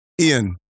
Ian